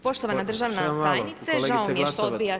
Poštovana državna tajnice, žao mi je što odbijate…